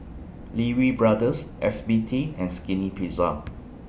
Lee Wee Brothers F B T and Skinny Pizza